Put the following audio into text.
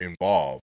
involved